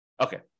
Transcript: Okay